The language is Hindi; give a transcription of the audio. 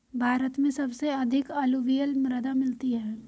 भारत में सबसे अधिक अलूवियल मृदा मिलती है